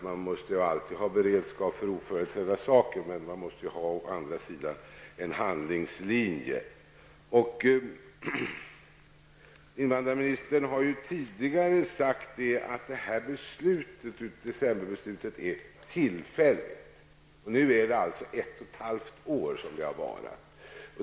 Man måste alltid ha beredskap för oförutsedda händelser, men å andra sidan måste man ju ha en handlingslinje. Invandrarministern har tidigare sagt att decemberbeslutet är tillfälligt. Beslutet har nu varit gällande i ett och ett halvt år.